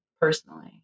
personally